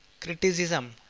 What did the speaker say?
Criticism